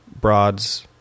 Broad's